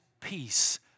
peace